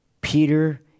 Peter